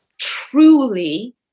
truly